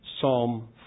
Psalm